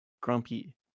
grumpy